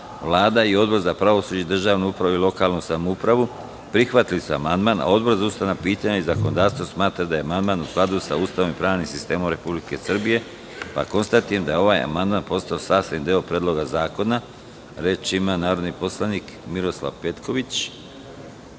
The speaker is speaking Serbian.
i Odbor za pravosuđe, državnu upravu i lokalnu samoupravu prihvatili su amandman, a Odbor za ustavna pitanja i zakonodavstvo smatra da je amandman u skladu sa Ustavom i pravnim sistemom Republike Srbije, pa konstatujem da je ovaj amandman postao sastavni deo Predloga zakona. Da li neko želi reč? (Da)Reč ima narodni poslanik Miroslav Petković.